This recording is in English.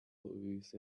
with